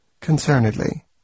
Concernedly